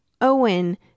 Owen